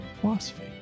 philosophy